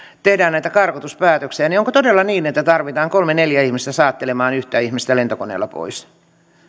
näitä karkotuspäätöksiä niin onko todella niin että tarvitaan kolme neljä ihmistä saattelemaan yhtä ihmistä lentokoneella pois